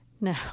No